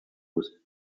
was